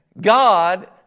God